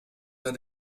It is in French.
uns